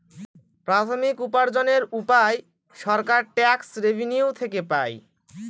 প্রাথমিক উপার্জনের উপায় সরকার ট্যাক্স রেভেনিউ থেকে পাই